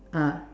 ah